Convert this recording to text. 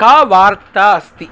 का वार्ता अस्ति